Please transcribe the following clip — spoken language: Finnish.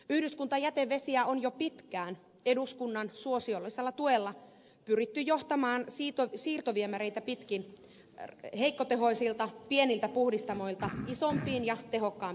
yhdyskuntajätevesiä on jo pitkään eduskunnan suosiollisella tuella pyritty johtamaan siirtoviemäreitä pitkin heikkotehoisilta pieniltä puhdistamoilta isompiin ja tehokkaampiin puhdistamoihin